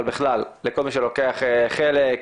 ולכל מי שלוקח חלק.